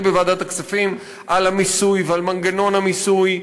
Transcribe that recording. בוועדת הכספים על המיסוי ועל מנגנון המיסוי.